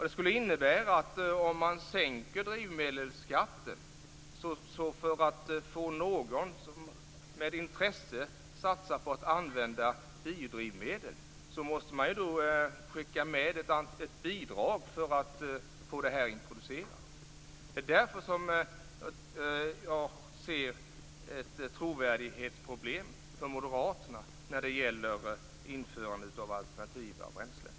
Det skulle innebära att om man sänker drivmedelsskatten måste man, för att få någon att med intresse satsa på att använda biodrivmedel, skicka med ett bidrag för att få det introducerat. Det är där jag ser ett trovärdighetsproblem för moderaterna när det gäller införande av alternativa bränslen.